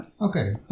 Okay